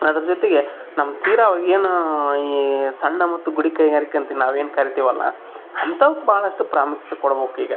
ಅದ್ರ ಜೊತೆಗೆ ನಮ್ಗೆ ತೀರ ಅವಾಗೇನು ಈ ಸಣ್ಣ ಮತ್ತು ಗುಡಿ ಕೈಗಾರಿಕೆ ಅಂತ ನಾವೇನು ಕರಿತೀವಲ್ಲ ಅಂಥಾವ್ಕ್ ಬಹಳಷ್ಟು ಪ್ರಾಮುಖ್ಯತೆ ಕೊಡ್ಬೇಕ್ ಈಗ